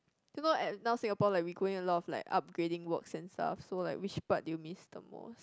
do you know at now Singapore like we going a lot of like upgrading work and stuff so like which part do you miss the most